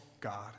God